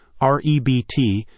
REBT